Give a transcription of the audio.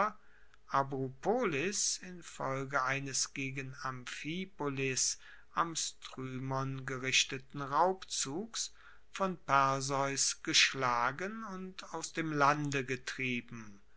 abrupolis infolge eines gegen amphipolis am strymon gerichteten raubzugs von perseus geschlagen und aus dem lande getrieben